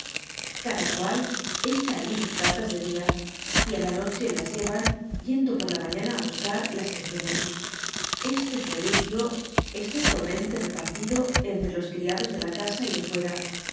cada cual hecha allí sus cartas de dia y á la noche jas llevan yendo por la mañana á bus car las que vienen este servicio está igualmente repartido entre los criados de casa y de fuera